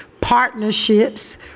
partnerships